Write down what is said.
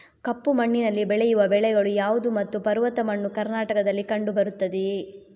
ಕಪ್ಪು ಮಣ್ಣಿನಲ್ಲಿ ಬೆಳೆಯುವ ಬೆಳೆಗಳು ಯಾವುದು ಮತ್ತು ಪರ್ವತ ಮಣ್ಣು ಕರ್ನಾಟಕದಲ್ಲಿ ಕಂಡುಬರುತ್ತದೆಯೇ?